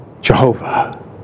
Jehovah